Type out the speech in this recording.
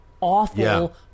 awful